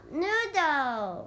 noodle